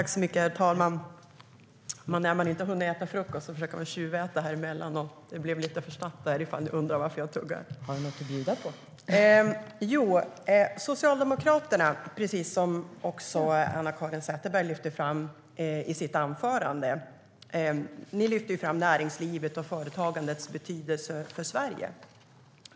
Herr ålderspresident! Socialdemokraterna lyfter, precis som Anna-Caren Sätherberg sa i sitt anförande, fram näringslivets och företagandets betydelse för Sverige.